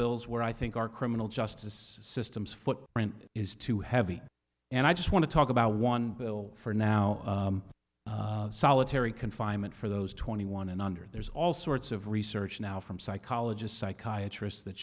bills where i think our criminal justice system's footprint is too heavy and i just want to talk about one bill for now solitary confinement for those twenty one and under there's all sorts of research now from psychologists psychiatrists that